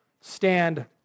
stand